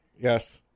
Yes